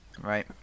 right